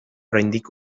oraindik